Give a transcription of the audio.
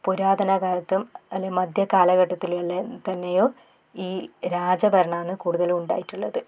പുരാതന കാലത്തും അല്ലെങ്കിൽ മധ്യകാലഘട്ടത്തിൽ ഉള്ള തന്നെയും ഈ രാജഭരണമാണ് കൂടുതലും ഉണ്ടായിട്ടുള്ളത്